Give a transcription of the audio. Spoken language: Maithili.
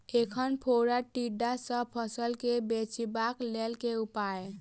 ऐंख फोड़ा टिड्डा सँ फसल केँ बचेबाक लेल केँ उपाय?